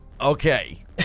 Okay